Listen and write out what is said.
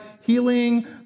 healing